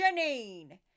Janine